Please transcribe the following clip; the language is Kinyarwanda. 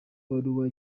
baruwa